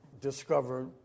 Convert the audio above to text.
discovered